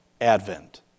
Advent